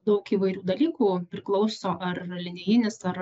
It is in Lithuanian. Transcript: daug įvairių dalykų priklauso ar linijinis ar